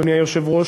אדוני היושב-ראש,